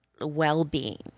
well-being